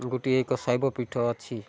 ଗୋଟିଏ ଏକ ଶୈବ ପୀଠ ଅଛି